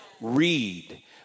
read